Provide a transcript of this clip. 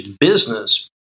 business